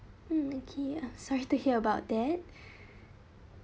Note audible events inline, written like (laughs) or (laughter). mm okay uh sorry to hear (laughs) about that